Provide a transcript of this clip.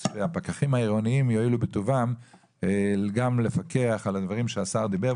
אז הפקחים העירוניים יועילו בטובם גם לפקח על הדברים שהשר דיבר,